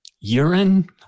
urine